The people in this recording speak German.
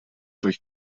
durch